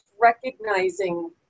recognizing